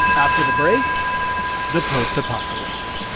after the break the postapocalypse